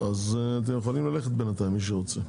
אתם יכולים ללכת בינתיים, מי שרוצה.